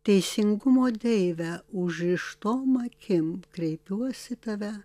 teisingumo deive užrištom akim kreipiuos į tave